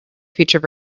future